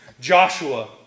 Joshua